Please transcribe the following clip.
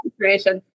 creation